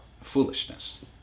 foolishness